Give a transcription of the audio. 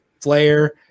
Flair